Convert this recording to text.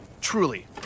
Truly